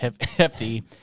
hefty